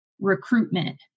recruitment